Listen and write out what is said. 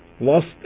lost